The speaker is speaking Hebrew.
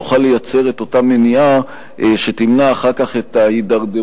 נוכל לייצר את אותה מניעה שתמנע אחר כך את ההידרדרות